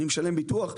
אני משלם ביטוח,